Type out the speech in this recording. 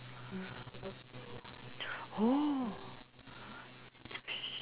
oh